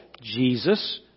Jesus